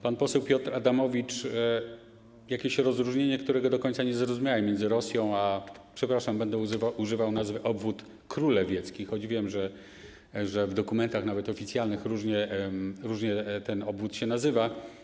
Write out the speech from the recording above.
Pan poseł Piotr Adamowicz przedstawił rozróżnienie, którego do końca nie zrozumiałem, między Rosją a - przepraszam, będę używał nazwy obwód królewiecki, choć wiem, że w dokumentach, nawet oficjalnych, różnie ten obwód się nazywa.